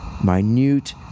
minute